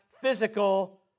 physical